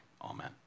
amen